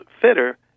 fitter